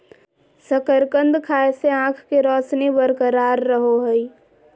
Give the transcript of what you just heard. शकरकंद खाय से आंख के रोशनी बरकरार रहो हइ